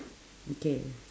okay